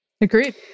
Agreed